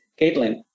Caitlin